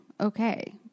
okay